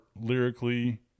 lyrically